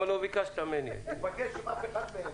ביקשנו מהם